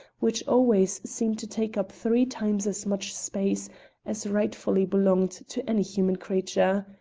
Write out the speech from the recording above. which always seemed to take up three times as much space as rightfully belonged to any human creature.